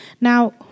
now